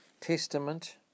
Testament